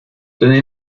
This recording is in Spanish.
donde